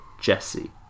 Jesse